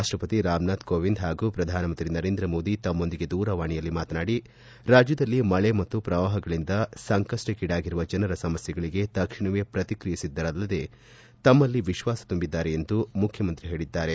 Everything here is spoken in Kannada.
ರಾಷ್ಷಪತಿ ರಾಮನಾಥ್ ಕೋವಿಂದ್ ಹಾಗೂ ಪ್ರಧಾನಮಂತ್ರಿ ನರೇಂದ್ರಮೋದಿ ತಮ್ಮೊಂದಿಗೆ ದೂರವಾಣಿಯಲ್ಲಿ ಮಾತನಾಡಿ ರಾಜ್ಯದಲ್ಲಿ ಮಳೆ ಮತ್ತು ಪ್ರವಾಹಗಳಿಂದ ಸಂಕಪ್ಪಕ್ಷೀಡಾಗಿರುವ ಜನರ ಸಮಸ್ಥೆಗಳಿಗೆ ತಕ್ಷಣವೇ ಪ್ರತಿಕ್ರಿಯಿಸಿದ್ದಾರಲ್ಲದೆ ತಮ್ನಲ್ಲಿ ವಿಶ್ವಾಸ ತುಂಬಿದ್ದಾರೆ ಎಂದು ಮುಖ್ಚಮಂತ್ರಿ ಹೇಳಿದರು